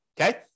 Okay